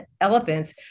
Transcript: elephants